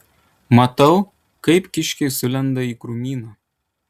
matau kaip kiškiai sulenda į krūmyną